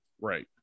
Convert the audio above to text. right